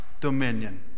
dominion